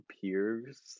peers